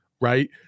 right